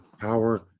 power